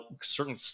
certain